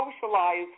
socialize